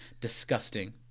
disgusting